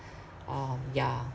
um yeah